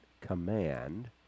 command